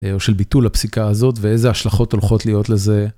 או של ביטול הפסיקה הזאת ואיזה השלכות הולכות להיות לזה.